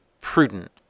prudent